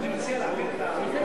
אני מציע להעביר את הצעות